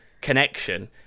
connection